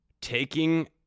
taking